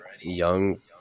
young